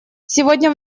сегодня